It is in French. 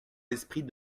l’esprit